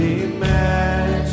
imagine